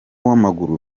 w’amaguru